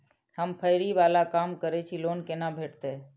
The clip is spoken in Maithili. हम फैरी बाला काम करै छी लोन कैना भेटते?